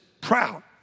proud